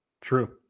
True